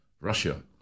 Russia